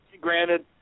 granted